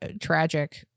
tragic